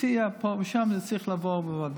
תציע פה ושם, זה צריך לעבור בוועדה.